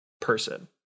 person